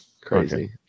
crazy